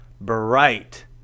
bright